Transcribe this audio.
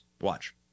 Watch